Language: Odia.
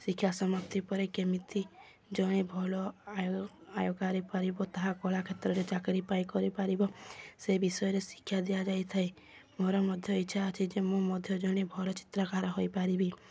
ଶିକ୍ଷା ସମାସ୍ତି ପରେ କେମିତି ଜଣେ ଭଲ ଆୟ ଆୟ କରିପାରିବ ତାହା କଳା କ୍ଷେତ୍ରରେ ଚାକିରୀ ପାଇଁ କରିପାରିବ ସେ ବିଷୟରେ ଶିକ୍ଷା ଦିଆଯାଇ ଥାଏ ମୋର ମଧ୍ୟ ଇଚ୍ଛା ଅଛି ଯେ ମୁଁ ମଧ୍ୟ ଜଣେ ଭଲ ଚିତ୍ରକାର ହୋଇପାରିବି